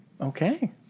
Okay